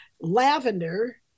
lavender